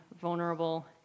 vulnerable